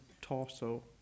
torso